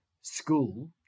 school